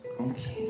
Okay